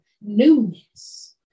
newness